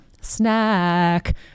Snack